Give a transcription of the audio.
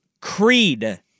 Creed